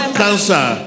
cancer